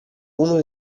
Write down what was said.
uno